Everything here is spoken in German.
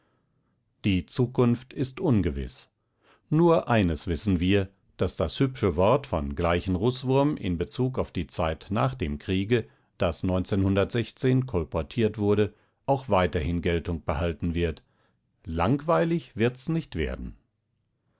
die zukunft ist ungewiß nur eines wissen wir daß das hübsche wort von gleichen-russwurm in bezug auf die zeit nach dem kriege das kolportiert wurde auch weiterhin geltung behalten wird langweilig wirds nicht werden